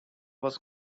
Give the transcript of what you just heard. was